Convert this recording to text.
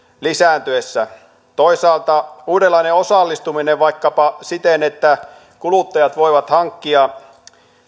lisääntyessä toisaalta uudenlainen osallistuminen vaikkapa siten että kuluttajat voivat hankkia